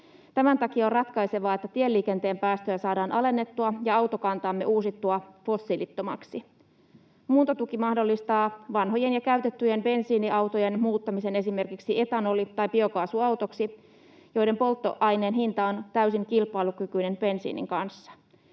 Tämän takia on ratkaisevaa, että tieliikenteen päästöjä saadaan alennettua ja autokantaamme uusittua fossiilittomaksi. Muuntotuki mahdollistaa vanhojen ja käytettyjen bensiiniautojen muuttamisen esimerkiksi etanoli- tai biokaasuautoiksi, joiden polttoaineen hinta on täysin kilpailukykyinen bensiinin kanssa.